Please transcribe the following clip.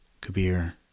Kabir